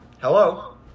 Hello